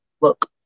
look